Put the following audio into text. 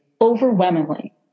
overwhelmingly